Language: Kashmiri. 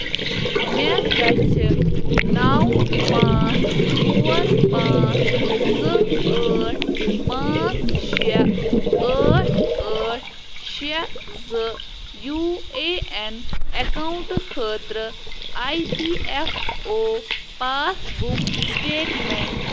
مےٚ گَژھِ نَو پانٛژھ ژور پانٛژھ زٕ ٲٹھ پانٛژھ شےٚ ٲٹھ ٲٹھ شےٚ زٕ یوٗ اے اٮ۪ن اٮ۪کاوُنٛٹ خٲطرٕ I P F O passbook statement